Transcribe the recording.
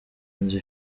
nzu